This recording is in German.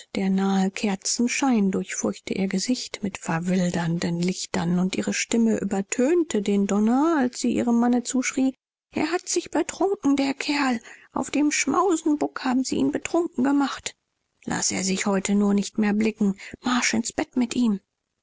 der nahe kerzenschein durchfurchte ihr gesicht mit verwildernden lichtern und ihre stimme übertönte den donner als sie ihrem manne zuschrie er hat sich betrunken der kerl auf dem schmausenbuk haben sie ihn betrunken gemacht laß er sich heute nur nicht mehr blicken marsch ins bett mit ihm